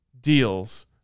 deals